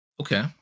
Okay